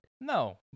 No